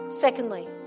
Secondly